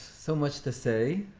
so much to say